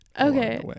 okay